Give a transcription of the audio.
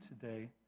today